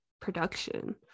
production